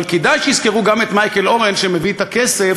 אבל כדאי שיזכרו גם את מייקל אורן שמביא את הכסף